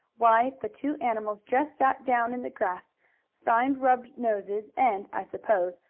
why the two animals just sat down in the grass find rubbed noses and, i suppose,